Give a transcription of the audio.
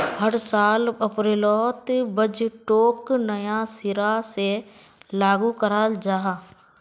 हर साल अप्रैलोत बजटोक नया सिरा से लागू कराल जहा